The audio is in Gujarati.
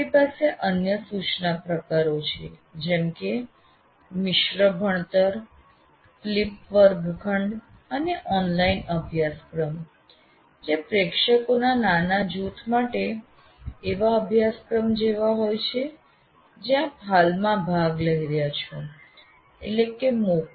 આપણી પાસે અન્ય સૂચના પ્રકારો છે જેમ કે મિશ્ર ભણતર ફ્લિપ વર્ગખંડ અને ઓનલાઇન અભ્યાસક્રમ જે પ્રેક્ષકોના નાના જૂથ માટે એવા અભ્યાસક્રમ જેવા હોય છે જ્યાં આપ હાલમાં ભાગ લઈ રહ્યા છો એટલે કે MOOC